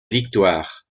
victoire